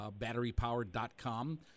BatteryPower.com